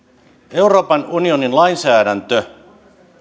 euroopan unionin lainsäädäntö